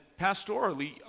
pastorally